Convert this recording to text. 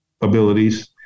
abilities